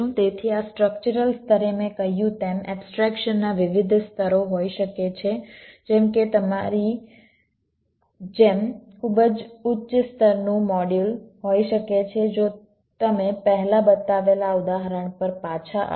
તેથી આ સ્ટ્રક્ચરલ સ્તરે મેં કહ્યું તેમ એબ્સ્ટ્રેક્શનના વિવિધ સ્તરો હોઈ શકે છે જેમ કે તમારી જેમ ખૂબ જ ઉચ્ચ સ્તરનું મોડ્યુલ હોઈ શકે છે જો તમે પહેલા બતાવેલ આ ઉદાહરણ પર પાછા આવો